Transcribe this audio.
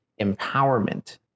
empowerment